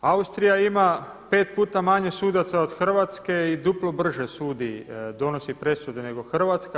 Austrija ima 5 puta manje sudaca od Hrvatske i duplo brže sudi, donosi presude nego Hrvatska.